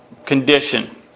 Condition